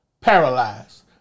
paralyzed